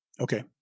Okay